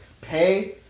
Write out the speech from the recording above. pay